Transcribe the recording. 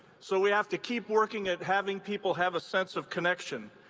so we have to keep working at having people have a sense of connection.